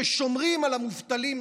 ששומרים על המובטלים.